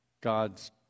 God's